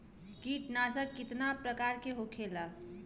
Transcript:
कीटनाशक कितना प्रकार के होखेला?